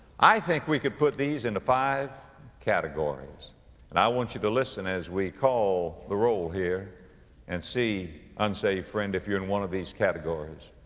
i think we could put these into five categories and i want you to listen as we call the roll here and see, unsaved friend, if you're in one of these categories.